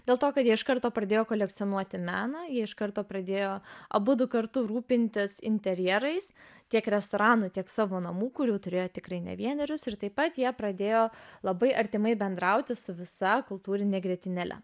dėl to kad jie iš karto pradėjo kolekcionuoti meną jie iš karto pradėjo abudu kartu rūpintis interjerais tiek restoranų tiek savo namų kurių turėjo tikrai ne vienerius ir taip pat jie pradėjo labai artimai bendrauti su visa kultūrine grietinėle